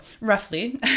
roughly